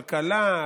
כלכלה,